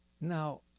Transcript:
Now